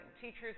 Teachers